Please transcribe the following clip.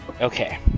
Okay